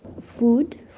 food